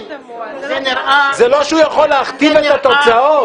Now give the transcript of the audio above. זה לא שהוא יכול להכתיב את התוצאות.